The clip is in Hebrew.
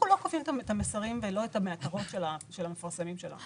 אנחנו לא קובעים את המסרים ולא את המטרות של המפרסמים שלנו.